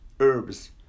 herbs